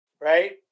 right